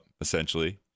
essentially